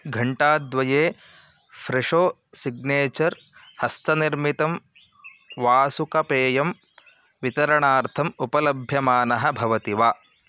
घण्टाद्वये Fresho signature हस्तनिर्मितं वासुकपेयं वितरणार्थम् उपलभ्यमानः भवति वा